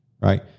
right